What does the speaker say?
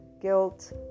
guilt